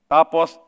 Tapos